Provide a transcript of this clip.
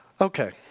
Okay